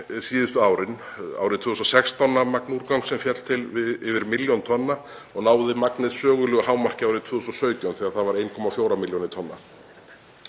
síðustu ár. Árið 2016 nam magn úrgangs sem féll til yfir milljón tonna og náði magnið sögulegu hámarki árið 2017 þegar það var 1,4 milljónir tonna.